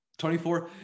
24